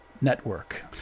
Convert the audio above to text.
Network